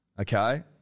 okay